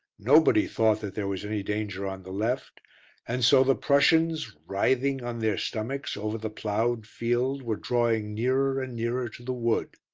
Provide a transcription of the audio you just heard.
nobody thought that there was any danger on the left and so the prussians, writhing on their stomachs over the ploughed field, were drawing nearer and nearer to the wood.